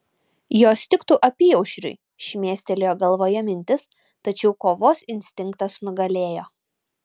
jos tiktų apyaušriui šmėstelėjo galvoje mintis tačiau kovos instinktas nugalėjo